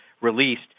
released